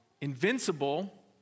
invincible